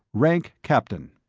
rank captain.